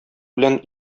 белән